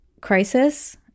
crisis